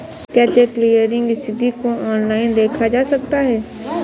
क्या cheque clearing स्थिति को ऑनलाइन देखा जा सकता है?